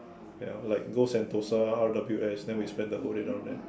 well like go Sentosa R_W_S and then we spend the whole day down there